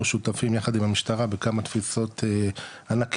שותפים יחד עם המשטרה בכמה תפיסות ענקיות,